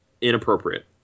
inappropriate